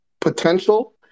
potential